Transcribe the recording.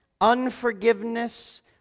Unforgiveness